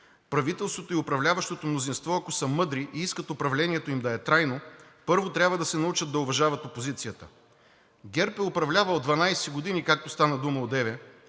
Правителството и управляващото мнозинство, ако са мъдри и искат управлението им да е трайно, първо трябва да се научат да уважават опозицията. ГЕРБ е управлявал 12 години, както стана дума одеве,